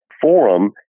forum